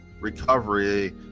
recovery